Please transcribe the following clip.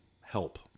help